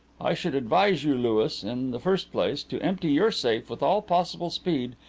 i should advise you, louis, in the first place to empty your safe with all possible speed,